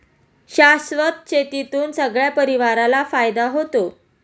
शाश्वत शेतीतून सगळ्या परिवाराला फायदा होतो